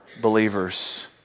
believers